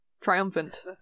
triumphant